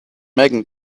megan